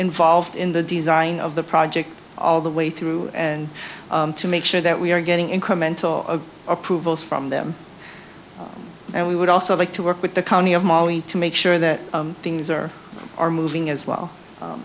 involved in the design of the project all the way through and to make sure that we are getting incremental approvals from them and we would also like to work with the county of maui to make sure that things are are moving as well